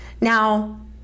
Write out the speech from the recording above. now